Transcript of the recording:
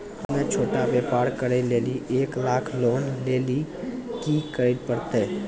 हम्मय छोटा व्यापार करे लेली एक लाख लोन लेली की करे परतै?